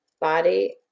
body